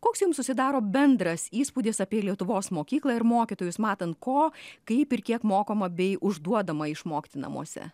koks jums susidaro bendras įspūdis apie lietuvos mokyklą ir mokytojus matant ko kaip ir kiek mokoma bei užduodama išmokti namuose